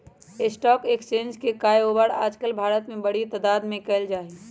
stock exchange के काएओवार आजकल भारत में बडी तादात में कइल जा हई